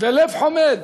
ולב חומד.